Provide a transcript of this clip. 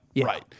right